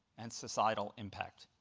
and societal impact.